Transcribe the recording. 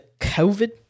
COVID